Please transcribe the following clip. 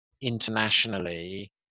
internationally